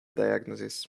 diagnosis